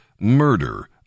murder